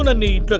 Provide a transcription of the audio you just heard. and need but